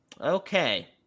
Okay